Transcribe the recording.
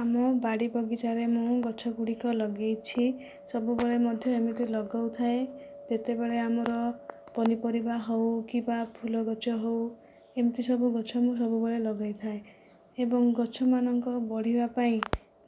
ଆମ ବାଡ଼ି ବଗିଚାରେ ମୁଁ ଗଛ ଗୁଡ଼ିକ ଲଗେଇଛି ସବୁବେଳେ ମଧ୍ୟ ଏମିତି ଲଗଉଥାଏ ଯେତେବେଳେ ଆମର ପନିପରିବା ହେଉ କିମ୍ବା ଫୁଲ ଗଛ ହେଉ ଏମିତି ସବୁ ଗଛ ମୁଁ ସବୁବେଳେ ଲଗେଇଥାଏ ଏବଂ ଗଛମାନଙ୍କ ବଢ଼ିବା ପାଇଁ